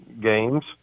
games